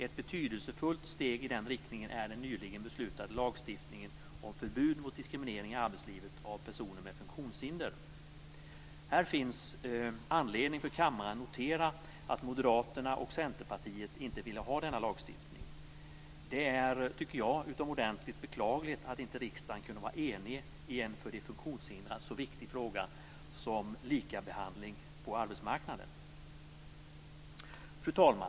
Ett betydelsefullt steg i den riktningen är den nyligen beslutade lagstiftningen om förbud mot diskriminering i arbetslivet av personer med funktionshinder. Här finns anledning för kammaren att notera att Moderaterna och Centerpartiet inte ville ha denna lagstiftning. Jag tycker att det är utomordentligt beklagligt att inte riksdagen kunde vara enig i en så viktig fråga för de funktionshindrade som likabehandling på arbetsmarknaden. Fru talman!